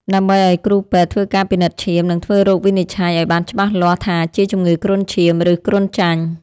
ដើម្បីឱ្យគ្រូពេទ្យធ្វើការពិនិត្យឈាម និងធ្វើរោគវិនិច្ឆ័យឱ្យបានច្បាស់លាស់ថាជាជំងឺគ្រុនឈាម ឬគ្រុនចាញ់។